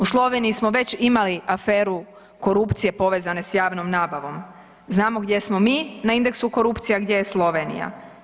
U Sloveniji smo već imali aferu korupcije povezane s javnom nabave, znamo gdje smo mi na indeksu korupcije, a gdje je Slovenija.